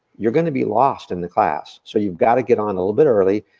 you're gonna be lost in the class. so you gotta get on a little bit early.